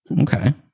Okay